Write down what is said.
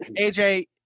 AJ